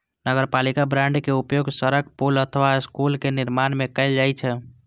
नगरपालिका बांड के उपयोग सड़क, पुल अथवा स्कूलक निर्माण मे कैल जाइ छै